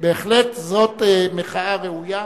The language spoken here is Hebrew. בהחלט זאת מחאה ראויה,